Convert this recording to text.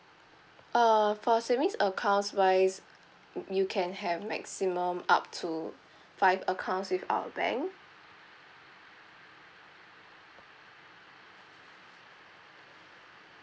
uh for savings accounts wise you can have maximum up to five accounts with our bank